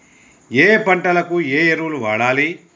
ఏయే పంటకు ఏ ఎరువులు వాడాలి?